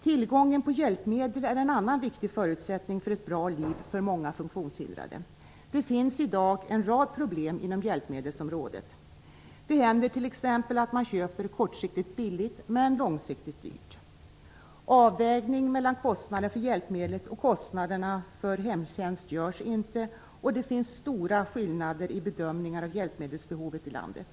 Tillgången på hjälpmedel är en annan viktig förutsättning för ett bra liv för många funktionshindrade. Det finns i dag en rad problem inom hjälpmedelsområdet. Det händer t.ex. att man köper kortsiktigt billigt och långsiktigt dyrt. Avvägning mellan kostnaden för hjälpmedlet och kostnaden för hemtjänst görs inte, och det finns stora skillnader i bedömningen av hjälpmedelsbehovet i landet.